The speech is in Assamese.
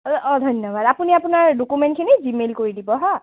আৰু অ' ধন্যবাদ আপুনি আপোনাৰ ডকুমেণ্টখিনি জি মেইল কৰি দিব হা